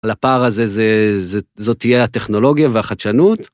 לפער הזה זאת תהיה הטכנולוגיה והחדשנות.